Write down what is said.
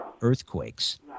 earthquakes